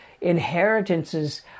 inheritances